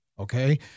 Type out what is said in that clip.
Okay